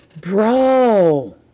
Bro